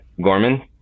Gorman